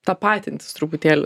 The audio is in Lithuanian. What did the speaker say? tapatintis truputėlį